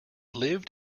lived